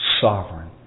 sovereign